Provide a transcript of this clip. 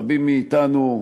רבים מאתנו,